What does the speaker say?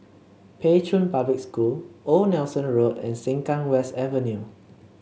Pei Chun Public School Old Nelson Road and Sengkang West Avenue